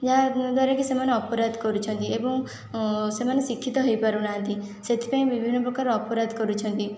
ଯାହାଦ୍ୱାରାକି ସେମାନେ ଅପରାଧ କରୁଛନ୍ତି ଏବଂ ସେମାନେ ଶିକ୍ଷିତ ହୋଇପାରୁନାହାନ୍ତି ସେଥିପାଇଁ ବିଭିନ୍ନ ପ୍ରକାର ଅପରାଧ କରୁଛନ୍ତି